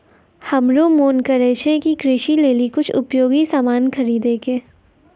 हमरो मोन करै छै कि कृषि लेली कुछ उपयोगी सामान खरीदै कै